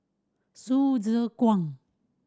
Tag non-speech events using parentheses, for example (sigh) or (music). (unintelligible) Kwang